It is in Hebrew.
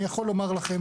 אני יכול לומר לכם